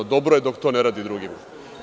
Dobro je dok to ne radi drugima.